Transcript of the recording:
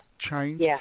Change